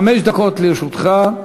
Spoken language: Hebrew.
חמש דקות לרשותך.